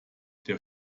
der